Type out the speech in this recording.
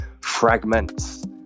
fragments